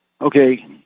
Okay